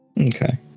Okay